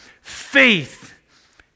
faith